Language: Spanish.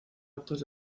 actos